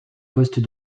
poste